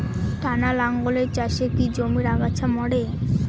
টানা লাঙ্গলের চাষে কি জমির আগাছা মরে?